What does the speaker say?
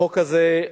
החוק הזה,